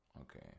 okay